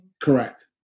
Correct